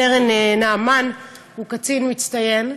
רב-סרן נעמן הוא קצין מצטיין,